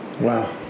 Wow